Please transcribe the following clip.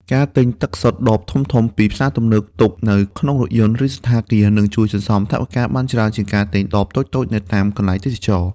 ការទិញទឹកសុទ្ធដបធំៗពីផ្សារទំនើបទុកនៅក្នុងរថយន្ត ឬសណ្ឋាគារ នឹងជួយសន្សំថវិកាបានច្រើនជាងការទិញដបតូចៗនៅតាមកន្លែងទេសចរណ៍។